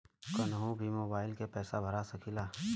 कन्हू भी मोबाइल के पैसा भरा सकीला?